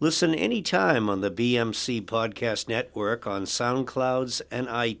listen any time on the b m c podcast network on sound clouds and i